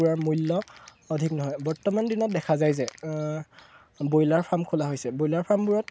কুকুৰাৰ মূল্য অধিক নহয় বৰ্তমান দিনত দেখা যায় যে ব্ৰইলাৰ ফাৰ্ম খোলা হৈছে ব্ৰইলাৰ ফাৰ্মবোৰত